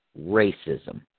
racism